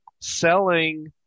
selling